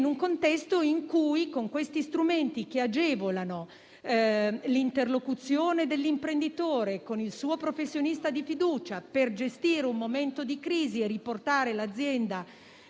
in un contesto in cui ci sono strumenti che agevolano l'interlocuzione dell'imprenditore con il suo professionista di fiducia per gestire un momento di crisi e riportare l'azienda